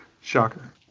Shocker